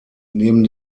neben